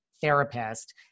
therapist